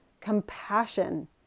compassion